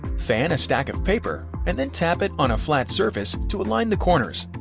fan a stack of paper, and then tap it on a flat surface to align the corners.